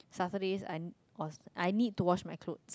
after this I was I need to wash my cloth